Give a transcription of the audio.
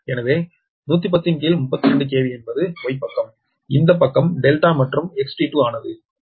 எனவே 11032 KV என்பது Y பக்கம் இந்த பக்கம் Δ மற்றும் XT2 ஆனது 0